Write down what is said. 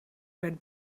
werd